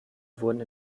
wurden